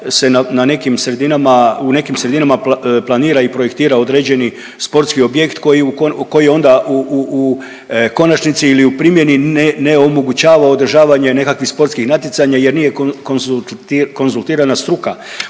u nekim sredinama planira i projektira određeni sportski objekt koji onda u konačnici ili u primjeni ne omogućava nekakvih sportskih natjecanja jer nije konzultirana struka.